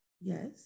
yes